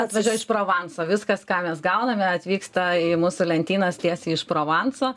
atvažiuoja iš provanso viskas ką mes gauname atvyksta į mūsų lentynas tiesiai iš provanso